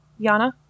Yana